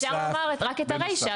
אפשר לומר רק את הרישה,